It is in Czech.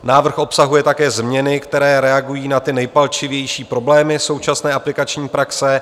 Návrh obsahuje také změny, které reagují na ty nejpalčivější problémy současné aplikační praxe.